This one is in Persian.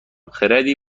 خردی